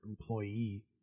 employee